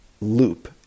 loop